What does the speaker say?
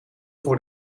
voor